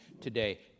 today